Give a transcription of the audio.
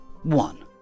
one